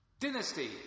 Dynasty